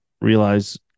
realize